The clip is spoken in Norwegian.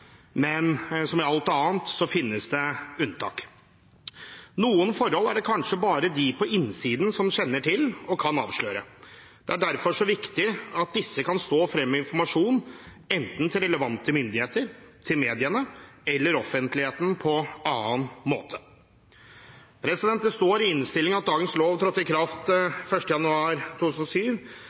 men som i alt annet finnes det unntak. Noen forhold er det kanskje bare de på innsiden som kjenner til og kan avsløre. Det er derfor så viktig at disse kan stå frem med informasjon enten til relevante myndigheter, til media eller til offentligheten på annen måte. Det står i innstillingen at dagens lov trådte i kraft 1. januar 2007,